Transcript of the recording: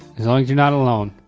as long as you're not alone.